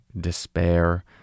despair